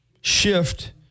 shift